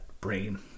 brain